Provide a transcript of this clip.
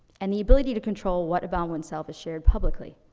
and the ability to control what about oneself is shared publicly.